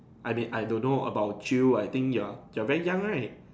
I may I don't know about you I think ya you are very young right